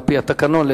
על-פי התקנון,